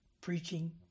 preaching